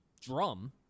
drum